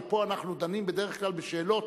ופה אנחנו דנים בדרך כלל בשאלות